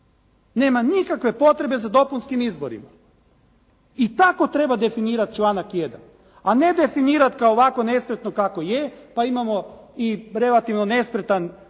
nema nikakve potrebe za dopunskim izborima. I tako treba definirati članak 1., a ne definirati ga ovako nespretno kako je pa imamo i relativno nespretan